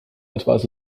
advice